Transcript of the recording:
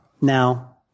Now